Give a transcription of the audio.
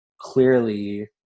clearly